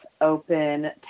open